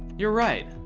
you're right.